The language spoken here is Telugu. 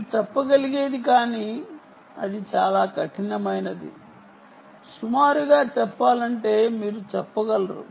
మీరు చెప్పగలిగేది కానీ అది చాలా కఠినమైనది సుమారుగా చెప్పాలంటే మీరు చెప్పగలరు